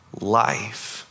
life